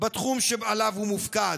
בתחום שעליו הוא מופקד.